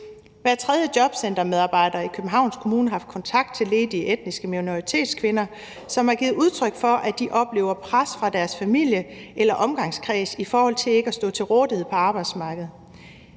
Hver tredje jobcentermedarbejder i Københavns Kommune har haft kontakt til ledige etniske minoritetskvinder, som har givet udtryk for, at de oplever et pres fra deres familier eller omgangskreds i forhold til ikke at stå til rådighed for arbejdsmarkedet.